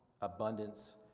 abundance